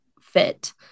fit